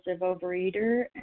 overeater